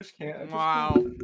Wow